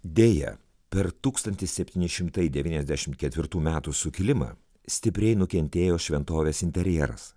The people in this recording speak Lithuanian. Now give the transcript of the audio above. deja per tūkstantis septyni šimtai devyniasdešimt ketvirtų metų sukilimą stipriai nukentėjo šventovės interjeras